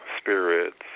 spirits